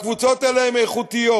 הקבוצות האלה הן איכותיות,